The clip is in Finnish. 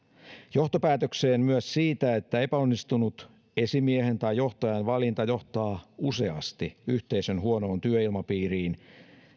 johtopäätöksen myös siitä että epäonnistunut esimiehen tai johtajan valinta johtaa useasti yhteisön huonoon työilmapiiriin